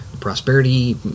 Prosperity